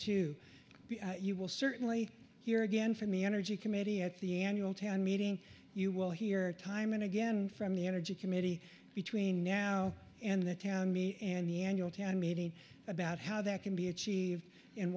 two you will certainly hear again from the energy committee at the annual town meeting you will hear time and again from the energy committee between now and the county and the annual meeting about how that can be achieved and